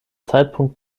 zeitpunkt